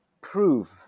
prove